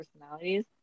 personalities